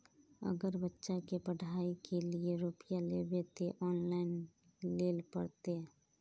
अगर बच्चा के पढ़ाई के लिये रुपया लेबे ते ऑनलाइन लेल पड़ते?